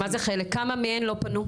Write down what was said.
מה זה חלק, כמה מהן לא פנו?